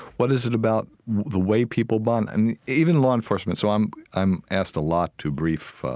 what is it about the way people bond? and even law enforcement so i'm i'm asked a lot to brief